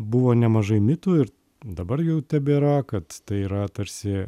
buvo nemažai mitų ir dabar jų tebėra kad tai yra tarsi